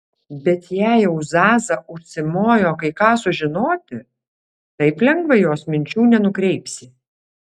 bet jei jau zaza užsimojo kai ką sužinoti taip lengvai jos minčių nenukreipsi